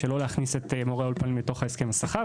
שלא להכניס את מורי האולפנים לתוך הסכם השכר.